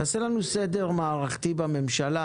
תעשה לנו סדר מערכתי בממשלה,